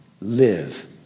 live